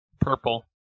Purple